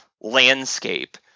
landscape